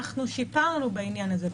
שיפרנו בעניין הזה.